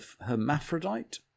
hermaphrodite